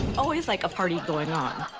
always like a party going on.